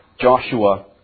Joshua